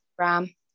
instagram